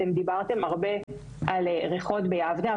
אתם דיברתם הרבה על ריחות ביבנה.